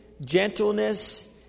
gentleness